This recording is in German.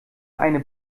eine